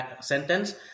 sentence